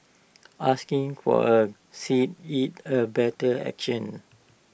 asking for A seat is A better action